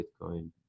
Bitcoin